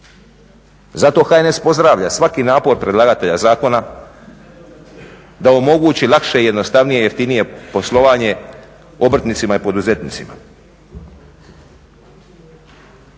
Zato HNS pozdravlja svaki napor predlagatelja zakona da omogući lakše, jednostavnije, jeftinije poslovanje obrtnicima i poduzetnicima.